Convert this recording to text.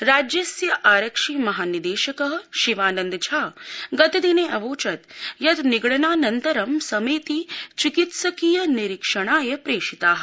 राज्यस्य आरक्षि महानिदेशक शिवानंद झा गतदिने आवोचत् यत् निगडनानन्तरं समेऽति चिकित्सकीय निरीक्षणाय प्रेषिता